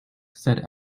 said